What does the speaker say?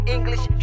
English